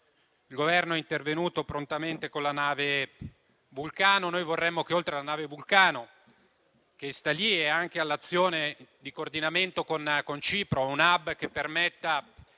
Il Governo è intervenuto prontamente con la nave Vulcano. Noi vorremmo, oltre alla nave Vulcano, che sta lì, e oltre all'azione di coordinamento con Cipro, un *hub* che permetta